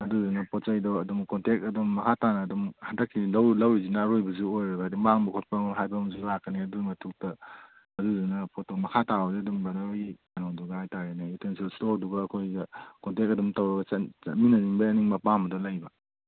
ꯑꯗꯨꯗꯨꯅ ꯄꯣꯠ ꯆꯩꯗꯣ ꯑꯗꯨꯝ ꯀꯟꯇꯦꯛ ꯑꯗꯨꯝ ꯃꯈꯥꯇꯥꯅ ꯑꯗꯨꯝ ꯍꯟꯗꯛꯀꯤ ꯂꯧꯔꯤꯁꯤꯅ ꯑꯔꯣꯏꯕꯁꯨ ꯑꯣꯏꯔꯣꯏ ꯍꯥꯏꯕꯗꯤ ꯃꯥꯡꯕ ꯈꯣꯠꯄ ꯍꯥꯏꯕ ꯑꯃꯁꯨ ꯂꯥꯛꯀꯅꯤ ꯑꯗꯨꯒꯤ ꯃꯊꯛꯇ ꯑꯗꯨꯗꯨꯅ ꯄꯣꯠꯇꯣ ꯃꯈꯥ ꯇꯥꯕꯗ ꯑꯗꯨꯝ ꯕ꯭ꯔꯗꯔ ꯍꯣꯏꯒꯤ ꯀꯩꯅꯣꯗꯨꯒ ꯍꯥꯏꯕ ꯇꯥꯔꯦꯅꯦ ꯌꯨꯇꯦꯟꯁꯤꯜ ꯏꯁꯇꯣꯔꯗꯨꯒ ꯑꯩꯈꯣꯏꯒ ꯀꯟꯇꯦꯛ ꯑꯗꯨꯝ ꯇꯧꯔꯒ ꯆꯠꯃꯤꯟꯅꯅꯤꯡꯕꯒꯤ ꯑꯅꯤꯡꯕ ꯑꯄꯥꯝꯕꯗꯣ ꯂꯩꯕ